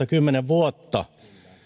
kohta kymmenen vuotta